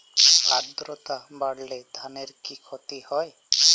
আদ্রর্তা বাড়লে ধানের কি ক্ষতি হয়?